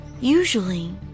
Usually